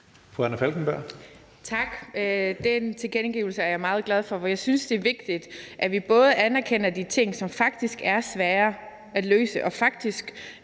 Anna Falkenberg (SP): Tak. Den tilkendegivelse er jeg meget glad for. For jeg synes både, det er vigtigt, at vi anerkender, at der er ting, som er svære at løse, og som